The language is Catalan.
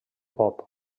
pop